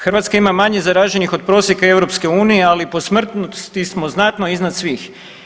Hrvatska ima manje zaraženih od prosjeka EU, ali po smrtnosti smo znatno iznad svih.